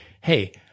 hey